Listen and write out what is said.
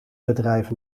bedrijf